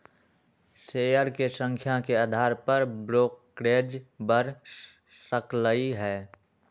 share के संख्या के अधार पर ब्रोकरेज बड़ सकलई ह